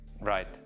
Right